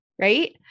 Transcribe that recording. right